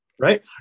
Right